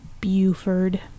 Buford